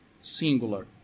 singular